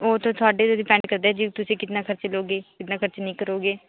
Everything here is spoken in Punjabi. ਉਹ ਤਾਂ ਤੁਹਾਡੇ 'ਤੇ ਡੀਪੈਂਡ ਕਰਦਾ ਜੀ ਤੁਸੀਂ ਕਿੰਨਾ ਖ਼ਰਚ ਦਿਉਂਗੇ ਕਿੰਨਾ ਖ਼ਰਚ ਨਹੀਂ ਕਰੋਗੇ